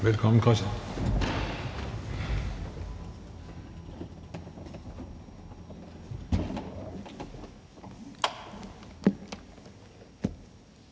Velkommen. Kl.